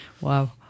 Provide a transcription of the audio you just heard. Wow